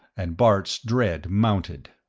and bart's dread mounted.